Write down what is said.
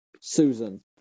Susan